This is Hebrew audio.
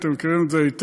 אתם מכירים את זה היטב.